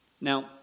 Now